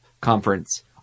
Conference